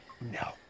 No